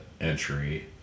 entry